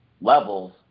levels